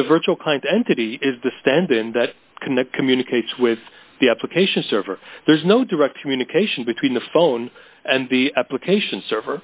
and the virtual client entity is distended and that connect communicates with the application server there's no direct communication between the phone and the application server